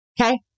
Okay